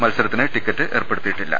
മത്സര ത്തിന് ടിക്കറ്റ് ഏർപ്പെടുത്തിയിട്ടില്ല